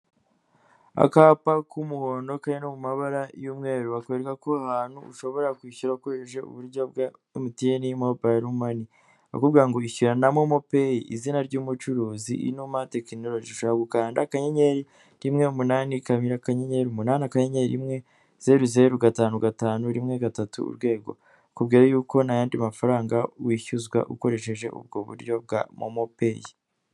Akapa k'umuhondo kari no mu mabara y'umweru, bakwereka ko aho hantu ushobora kwishyura ukoresheje uburyo MTN mobiyile mani. Barakubwira ushobora kwishyira na MOMO Payi; izina ry'umucuruzi "Inoma tekinologe" ushobora gukanda akanyenyeri rimwe, umunani, kabira, kanyenyeri, umunani, akayenyeri, imwe, zeru, zeru, gatanu, gatanu, rimwe, gatatu, urwego. Bakubwira yuko ntayandi mafaranga wishyuzwa ukoresheje ubwo buryo bwa MOMO Payi.